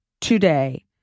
today